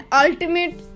ultimate